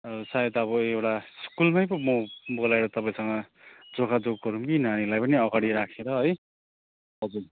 सायद अब एउटा स्कुलमै पो म बोलाएर तपाईँसँग जोगाजोग गरौँ कि नानीलाई पनि अगाडि राखेर है हजुर